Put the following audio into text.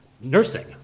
Nursing